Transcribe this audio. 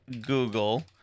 Google